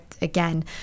again